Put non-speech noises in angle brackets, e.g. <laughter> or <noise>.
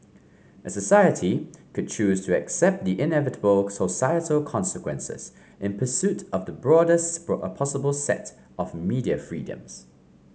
a society could choose to accept the inevitable societal consequences in pursuit of the broadest <unintelligible> a possible set of media freedoms